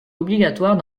obligatoire